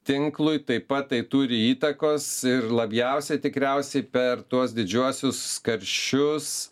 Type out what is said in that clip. tinklui taip pat tai turi įtakos ir labiausiai tikriausiai per tuos didžiuosius karščius